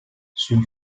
sul